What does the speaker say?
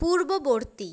পূর্ববর্তী